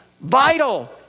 vital